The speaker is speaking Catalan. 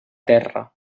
terra